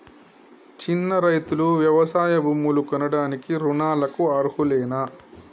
చిన్న రైతులు వ్యవసాయ భూములు కొనడానికి రుణాలకు అర్హులేనా?